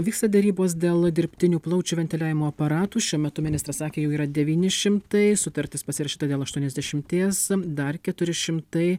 vyksta derybos dėl dirbtinių plaučių ventiliavimo aparatų šiuo metu ministras sakė jų yra devyni šimtai sutartis pasirašyta dėl aštuoniasdešimties dar keturi šimtai